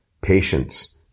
patience